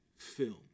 film